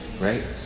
Right